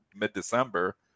mid-December